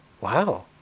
wow